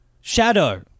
Shadow